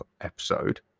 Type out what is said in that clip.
episode